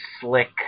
slick